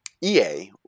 EA